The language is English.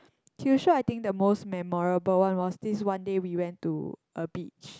Kyushu I think the most memorable one was this one day we went to a beach